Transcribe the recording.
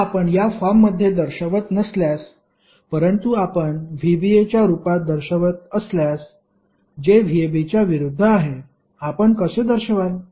आता आपण या फॉर्ममध्ये दर्शवत नसल्यास परंतु आपण vba च्या रूपात दर्शवत असल्यास जे vab च्या विरुद्ध आहे आपण कसे दर्शवाल